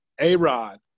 A-Rod